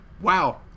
wow